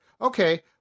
Okay